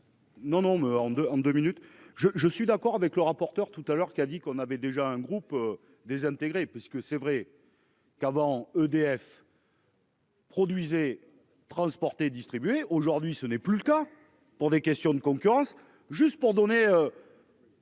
en deux en deux minutes, je je suis d'accord avec le rapporteur tout à l'heure qu'a dit qu'on avait déjà un groupe désintégré parce que c'est vrai. Qu'avant. EDF. Produisez transporter distribuer aujourd'hui ce n'est plus le cas pour des questions de concurrence, juste pour donner.